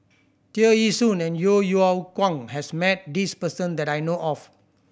Tear Ee Soon and Yeo Yeow Kwang has met this person that I know of